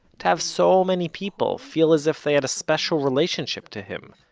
to have so many people feel as if they had a special relationship to him,